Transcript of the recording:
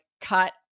cut